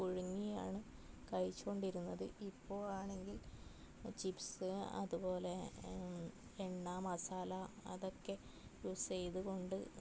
പുഴുങ്ങിയാണ് കഴിച്ച് കൊണ്ടിരുന്നത് ഇപ്പോൾ ആണെങ്കിൽ ചിപ്സ് അതുപോലെ എണ്ണ മസാല അതൊക്കെ യൂസ് ചെയ്ത് കൊണ്ട്